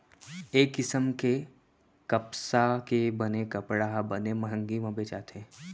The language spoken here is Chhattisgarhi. ए किसम के कपसा के बने कपड़ा ह बने मंहगी म बेचाथे